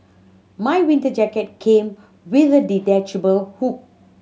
my winter jacket came with a detachable hood